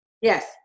yes